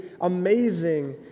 amazing